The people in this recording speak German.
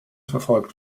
verfolgt